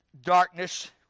darkness